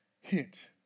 hit